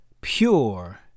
pure